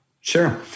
Sure